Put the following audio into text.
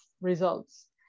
results